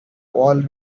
all